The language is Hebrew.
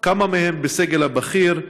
3. כמה מהם בסגל הבכיר?